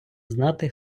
знати